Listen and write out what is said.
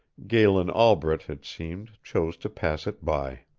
galen albret, it seemed, chose to pass it by.